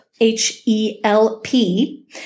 H-E-L-P